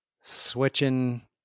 switching